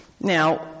Now